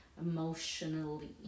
emotionally